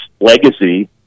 legacy